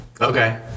Okay